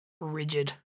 rigid